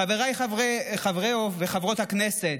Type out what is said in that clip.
חבריי חברות וחברי הכנסת,